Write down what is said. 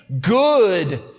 good